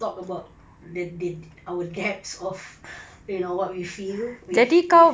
talk about the the our depths of you know what we feel with with